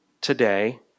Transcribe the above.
today